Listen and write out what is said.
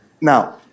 Now